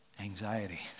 anxiety